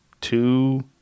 two